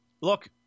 Look